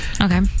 Okay